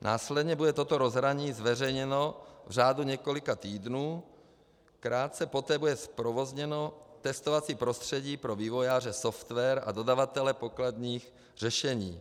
Následně bude toto rozhraní zveřejněno v řádu několika týdnů, krátce poté bude zprovozněno testovací prostředí pro vývojáře software a dodavatele pokladních řešení.